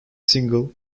single